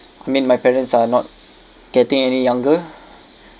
I mean my parents are not getting any younger